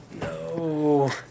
No